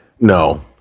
No